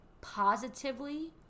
positively